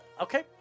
Okay